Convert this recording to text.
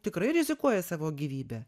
tikrai rizikuoja savo gyvybę